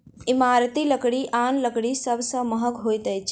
इमारती लकड़ी आन लकड़ी सभ सॅ महग होइत अछि